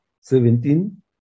seventeen